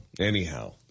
anyhow